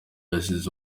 asize